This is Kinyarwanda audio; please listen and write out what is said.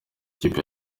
ikipe